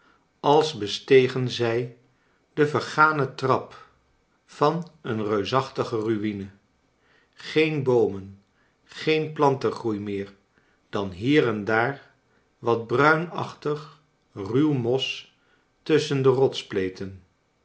als bestegen zij de vergane trap van een reusachtige rui'ne geen boomen geen plantengroei meer dan hier en daar wat bruinachtig ruw mos tusschen do